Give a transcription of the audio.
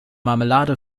marmelade